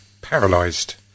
Paralysed